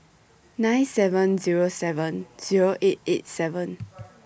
nine seven Zero seven Zero eight eight seven